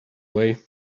way